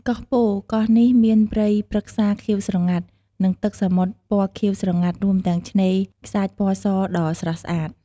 កោះពោធិ៍ កោះនេះមានព្រៃព្រឹក្សាខៀវស្រងាត់ និងទឹកសមុទ្រពណ៌ខៀវស្រងាត់ រួមទាំងឆ្នេរខ្សាច់ពណ៌សដ៏ទាក់ទាញ។